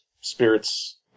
spirits